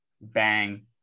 bang